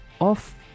off